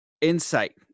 insight